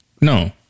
no